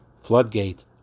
floodgate